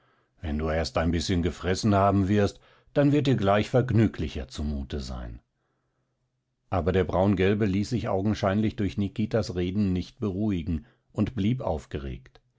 wenn du erst ein bißchen gefressen haben wirst dann wird dir gleich vergnüglicher zumute sein aber der braungelbe ließ sich augenscheinlich durch nikitas reden nicht beruhigen und blieb aufgeregt